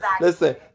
listen